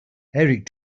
eric